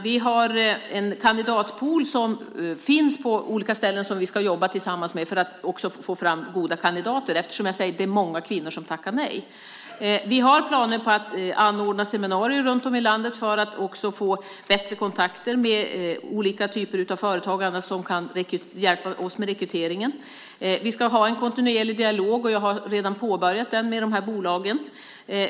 Vi har en kandidatpool som finns på olika ställen som vi ska jobba tillsammans med för att få fram goda kandidater. Det är ju många kvinnor som tackar nej. Vi har planer på att anordna seminarier runt om i landet för att få bättre kontakter med olika typer av företag och andra som kan hjälpa oss med rekryteringen. Vi ska ha en kontinuerlig dialog, som jag redan har påbörjat, med bolagen.